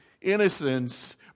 innocence